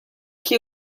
che